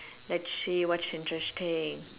let's see what's interesting